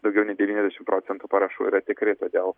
daugiau nei devyniasdešimt procentų parašų yra tikri todėl